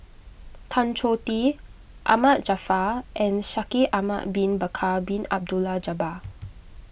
Tan Choh Tee Ahmad Jaafar and Shaikh Ahmad Bin Bakar Bin Abdullah Jabbar